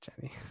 Jenny